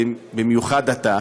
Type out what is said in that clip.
ובמיוחד אתה,